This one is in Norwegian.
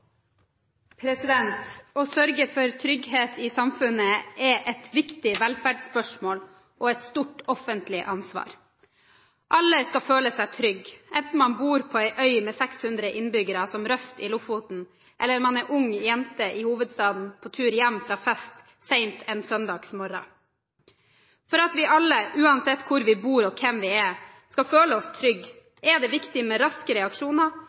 et viktig velferdsspørsmål og et stort offentlig ansvar. Alle skal føle seg trygge, enten man bor på ei øy med 600 innbyggere, som Røst i Lofoten, eller man er ung jente i hovedstaden, på tur hjem fra fest – sent – en søndags morgen. For at vi alle, uansett hvor vi bor og hvem vi er, skal føle oss trygge, er det viktig med raske reaksjoner